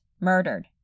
murdered